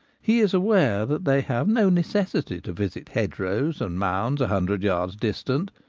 he is aware that they have no necessity to visit hedgerows and mounds a hundred yards distant,